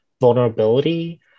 vulnerability